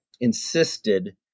insisted